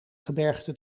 gebergte